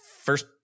first